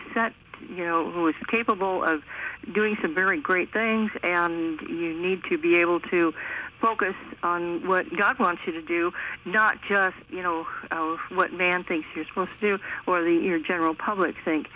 that you know who is capable of doing some very great things and you need to be able to focus on what god wants you to do not just you know what man thinks you're supposed to or the your general public